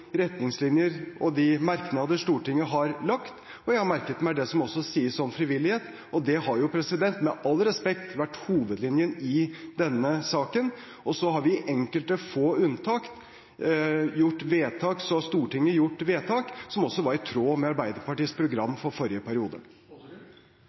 retningslinjer og merknader Stortinget har lagt. Jeg har merket meg det som også sies om frivillighet, og det har – med all respekt – vært hovedlinjen i denne saken. Og så har Stortinget i enkelte få unntak gjort vedtak, som også var i tråd med Arbeiderpartiets program